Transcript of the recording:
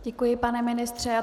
Děkuji, pane ministře.